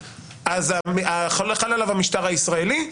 אז חל עליו המשטר הישראלי,